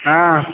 हँ